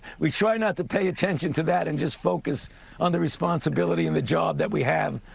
we try not to pay attention to that and just focus on the responsibility and the job that we have.